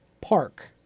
Park